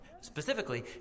Specifically